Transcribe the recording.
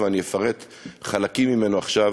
ואפרט חלקים ממנו עכשיו,